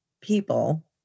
people